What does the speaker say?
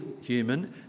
human